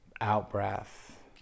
out-breath